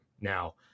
Now